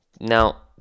now